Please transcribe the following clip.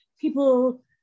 people